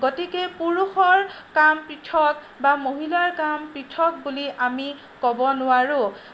গতিকে পুৰুষৰ কাম পৃথক বা মহিলাৰ কাম পৃথক বুলি আমি ক'ব নোৱাৰোঁ